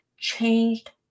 changed